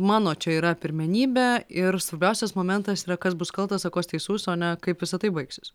mano čia yra pirmenybė ir svarbiausias momentas yra kas bus kaltas o kas teisus o ne kaip visa tai baigsis